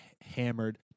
hammered